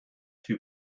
too